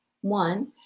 one